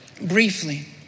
briefly